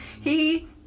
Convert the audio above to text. he-